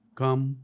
come